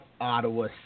Ottawa